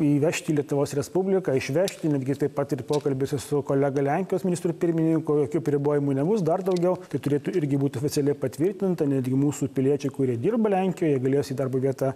įvežti į lietuvos respubliką išvežti netgi taip pat ir pokalbiuose su kolega lenkijos ministru pirmininku jokių apribojimų nebus dar daugiau tai turėtų irgi būt oficialiai patvirtinta netgi mūsų piliečiai kurie dirba lenkijoj jie galės į darbo vietą